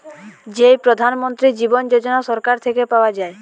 যেই প্রধান মন্ত্রী জীবন যোজনা সরকার থেকে পাওয়া যায়